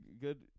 good